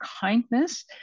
kindness